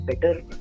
better